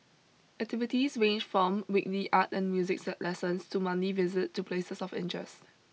activities range from weekly art and musics lessons to monthly visit to places of interests